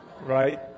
Right